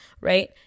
right